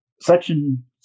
Section